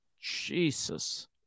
Jesus